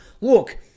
look